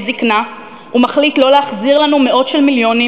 זיקנה ומחליט לא להחזיר לנו מאות מיליונים,